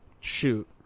Shoot